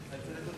(תיקון מס'